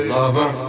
lover